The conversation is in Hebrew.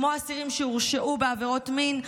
כמו אסירים שהורשעו בעבירות מין,